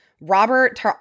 Robert